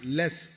less